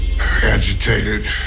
agitated